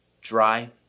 dry